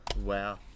Wow